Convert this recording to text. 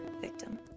victim